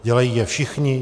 Dělají je všichni.